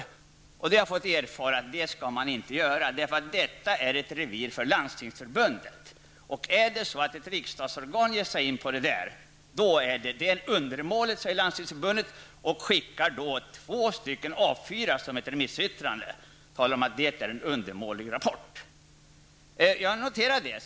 Jag har då fått erfara, att detta skall man inte göra, eftersom detta nämligen är ett revir för Landstingsförbundet. Om ett riksdagsorgan ger sig in på detta, skickar Landstingsförbundet ett remissyttrande på två stycken A4-ark för att tala om att rapporten är undermålig.